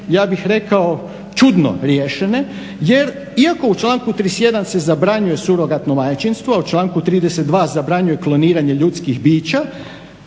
ja bih rekao čudno riješene jer iako u članku 31. se zabranjuje surogatno majčinstvo, u članku 32. zabranjuje kloniranje ljudskih bića,